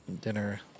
dinner